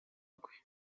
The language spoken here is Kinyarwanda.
rwe